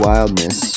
Wildness